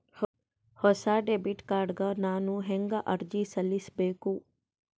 ಹೊಸ debit card ಗ ನಾನು ಹೆಂಗ ಅರ್ಜಿ ಸಲ್ಲಿಸಬೇಕು?